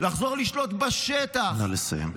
לחזור לשלוט בשטח -- נא לסיים.